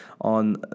on